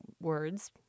words